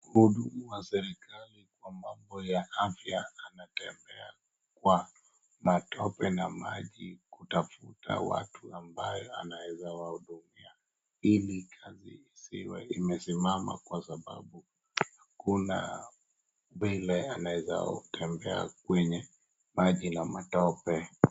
Mhudumu wa serikali wa mambo ya afya anatembea kwa matope na maji kutafuta watu ambao anaweza wahudumia ili kazi isiwe imesimama kwa sababu kunaa vile anaweza tembea kwenye maji na matope.